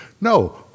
No